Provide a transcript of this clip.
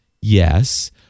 Yes